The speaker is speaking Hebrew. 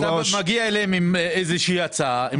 מגיע אליהם עם ההצעה שלך,